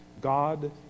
God